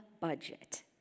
budget